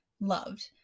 loved